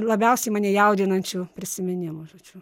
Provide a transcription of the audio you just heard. labiausiai mane jaudinančių prisiminimų žodžiu